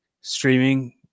streaming